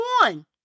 one